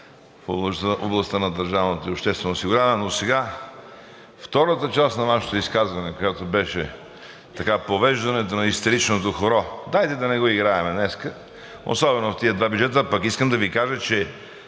в областта на държавното обществено осигуряване. Втората част на Вашето изказване и повеждането на истеричното хоро дайте да не го играем днес, особено в тези два бюджета. И искам да Ви кажа, че